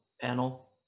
panel